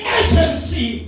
agency